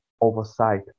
oversight